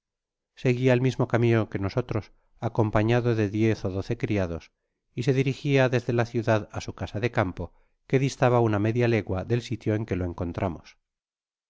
seguia el mismo camino que nosotros acompañado de diez ó doce criados y se dirigia desde la ciudad á su casa de campo que distaba una media legua del sitio en que lo encontramos